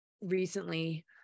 recently